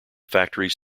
factories